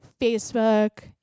Facebook